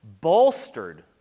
bolstered